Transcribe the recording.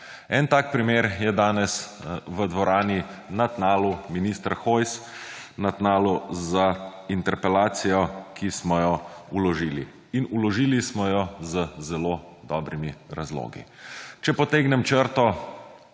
En tak primer je danes v dvorani, na tnalu, minister Hojs, na tnalu za interpelacijo, ki smo jo vložili; in vložili smo jo z zelo dobrimi razlogi. Če potegnem črto